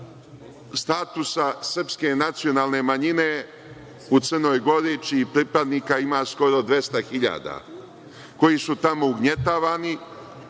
statusa srpske nacionalne manjine u Crnoj Gori, čijih pripadnika ima skoro 200 hiljada, a koji su tamo ugnjetavani,